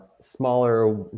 smaller